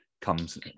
comes